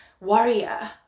warrior